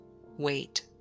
wait